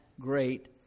great